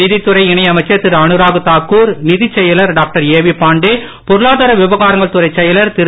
நிதித்துறை இணையமைச்சர் திரு அனுராக் தாக்கூர் நிதிச்செயலர் டாக்டர் ஏ வி பாண்டே பொருளாதார விவகாரங்கள் துறை செயலர் திரு